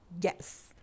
Yes